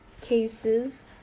cases